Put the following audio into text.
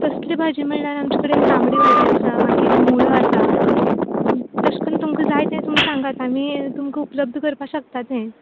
तसली भाजी म्हळ्यार आमचे कडेन तांबडी भाजी आसा मागीर मुळो आसा तशें करून तुमकां जाय तें तुमी सांगात आमी तुमकां उपलब्द करपाक शकतात तें